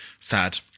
Sad